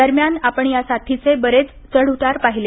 दरम्यान आपण या साथीचे बरेच चढउतार पाहिले